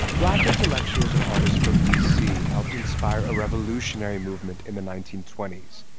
black intellectuals and artists from d c. helped inspire a revolutionary movement in the nineteen twenty s.